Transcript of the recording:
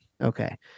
Okay